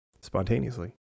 spontaneously